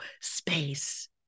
space